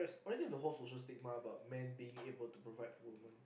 already the whole social stigma about men being able to provide for women